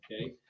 Okay